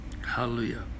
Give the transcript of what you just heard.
Hallelujah